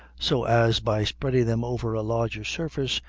so as by spreading them over a larger surface,